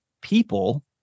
people